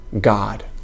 God